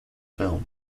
film